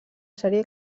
sèrie